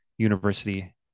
university